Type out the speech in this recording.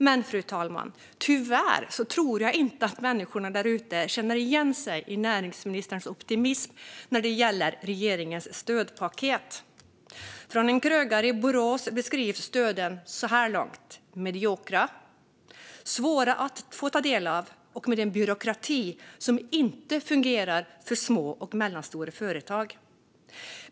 Men, fru talman, tyvärr tror jag inte att människorna där ute känner igen sig i näringsministerns optimism när det gäller regeringens stödpaket. En krögare i Borås beskriver stöden så här långt som mediokra, svåra att få ta del av och med en byråkrati som inte fungerar för små och medelstora företag.